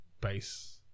base